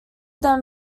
them